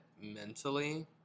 mentally